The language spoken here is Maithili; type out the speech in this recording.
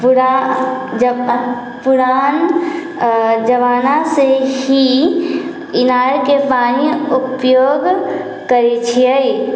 पुरा जमा पुरान जमानासँ ही इनारके पानि उपयोग करै छियै